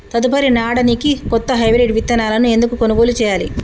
తదుపరి నాడనికి కొత్త హైబ్రిడ్ విత్తనాలను ఎందుకు కొనుగోలు చెయ్యాలి?